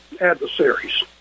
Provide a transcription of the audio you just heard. adversaries